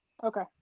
Okay